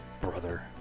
brother